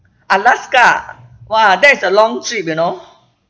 alaska !wah! that is a long trip you know